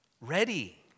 ready